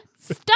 stop